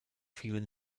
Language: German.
vielen